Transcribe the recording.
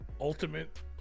ultimate